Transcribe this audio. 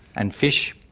and fish,